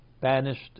banished